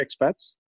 expats